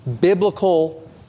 biblical